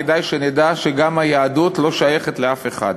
כדאי שנדע שגם היהדות לא שייכת לאף אחד.